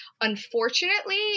Unfortunately